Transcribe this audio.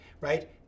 right